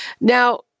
Now